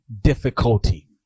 difficulty